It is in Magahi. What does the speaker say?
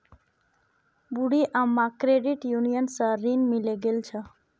बूढ़ी अम्माक क्रेडिट यूनियन स ऋण मिले गेल छ